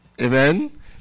Amen